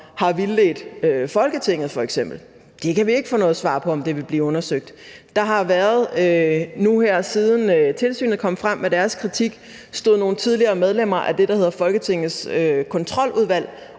har vildledt Folketinget. Vi kan ikke få noget svar på, om det vil blive undersøgt. Siden tilsynet kom frem med deres kritik, stod nogle tidligere medlemmer af det, der hedder Folketingets Kontroludvalg,